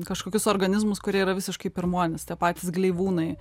kažkokius organizmus kurie yra visiškai pirmuonys tie patys gleivūnai